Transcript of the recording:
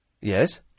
Yes